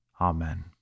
Amen